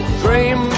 dream